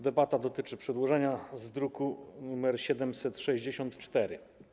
Debata dotyczy przedłożenia z druku nr 764.